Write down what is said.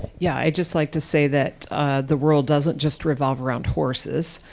yeah. i just like to say that the world doesn't just revolve around horses.